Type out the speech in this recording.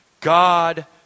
God